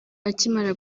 akimara